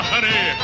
Honey